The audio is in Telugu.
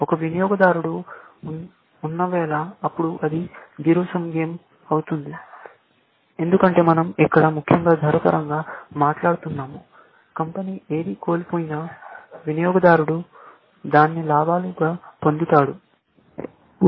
ఒక వినియోగదారుడు ఉన్నావెలా అప్పుడు అది జీరో సమ్ గేమ్ అవుతుంది ఎందుకంటే మనం ఇక్కడ ముఖ్యంగా ధర పరంగా మాట్లాడుతున్నాము కంపెనీ ఏది కోల్పోయినా వినియోగదారు దాన్ని లాభాలు గా పొందుతాడు